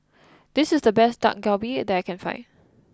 this is the best Dak Galbi that I can find